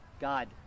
god